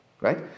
right